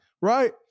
right